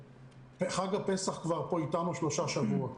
חג הפסח כבר פה איתנו שלושה שבועות,